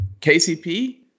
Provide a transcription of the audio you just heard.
KCP